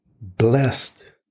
blessed